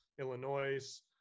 Illinois